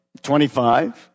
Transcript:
25